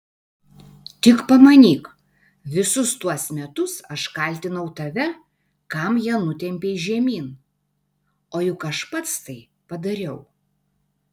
tik pamanyk visus tuos metus aš kaltinau tave kam ją nutempei žemyn o juk aš pats tai padariau